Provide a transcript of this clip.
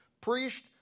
priest